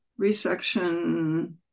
Resection